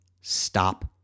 stop